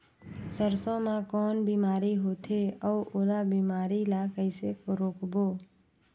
सरसो मा कौन बीमारी होथे अउ ओला बीमारी ला कइसे रोकबो?